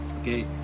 Okay